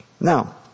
now